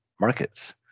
markets